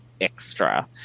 extra